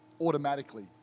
automatically